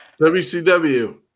WCW